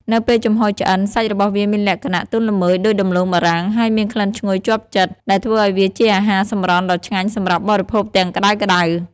នៅពេលចំហុយឆ្អិន សាច់របស់វាមានលក្ខណៈទន់ល្មើយដូចដំឡូងបារាំង ហើយមានក្លិនឈ្ងុយជាប់ចិត្ត ដែលធ្វើឲ្យវាជាអាហារសម្រន់ដ៏ឆ្ងាញ់សម្រាប់បរិភោគទាំងក្ដៅៗ។